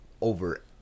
over